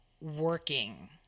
working